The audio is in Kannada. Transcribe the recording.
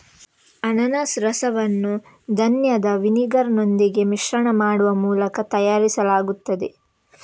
ಅನಾನಸ್ ರಸವನ್ನು ಧಾನ್ಯದ ವಿನೆಗರಿನೊಂದಿಗೆ ಮಿಶ್ರಣ ಮಾಡುವ ಮೂಲಕ ತಯಾರಿಸಲಾಗುತ್ತದೆ